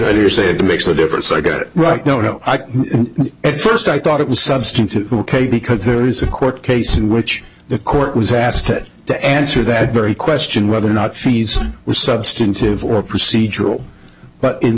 ideas they do makes a difference i get it right no no at first i thought it was substantive ok because there is a court case in which the court was asked to answer that very question whether or not fees were substantive or procedural but in